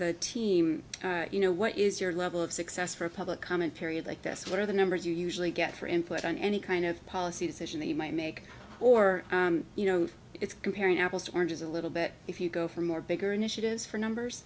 the team you know what is your level of success for a public comment period like this what are the numbers you usually get for input on any kind of policy decision that you might make or you know it's comparing apples to oranges a little bit if you go for more bigger initiatives for numbers